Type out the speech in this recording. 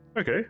Okay